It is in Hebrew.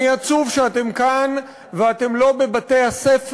אני עצוב שאתם כאן ואתם לא בבתי-הספר,